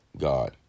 God